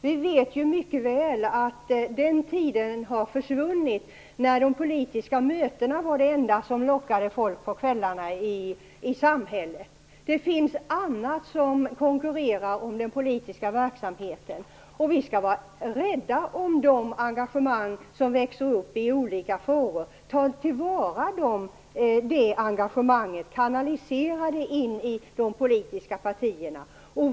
Vi vet mycket väl att den tiden är förbi när de politiska mötena var det enda som lockade folk på kvällarna i samhället. Det finns annat som konkurrerar med den politiska verksamheten. Vi skall vara rädda om det engagemang som visas i olika frågor, ta till vara det engagemanget och kanalisera det in i de politiska partierna.